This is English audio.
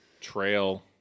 trail